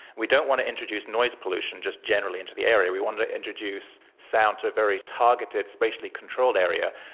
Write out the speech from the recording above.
we don't want to introduce noise pollution just generally into the area, we wanted to introduce sound to a very targeted, spatially controlled area.